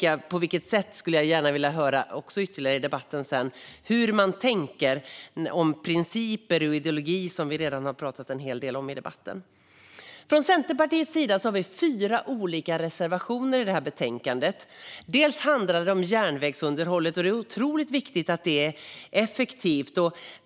Jag skulle gärna vilja höra hur de tänker kring principer och ideologi. Centerpartiet har fyra reservationer i betänkandet. En handlar om järnvägsunderhållet, och det är viktigt att det är effektivt.